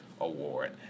award